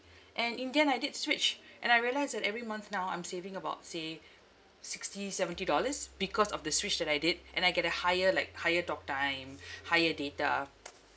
and in the end I did switch and I realised that every month now I'm saving about say sixty seventy dollars because of the switch that I did and I get a higher like higher talktime higher data